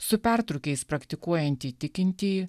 su pertrūkiais praktikuojantį tikintįjį